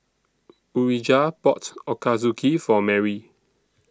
Urijah bought Ochazuke For Mary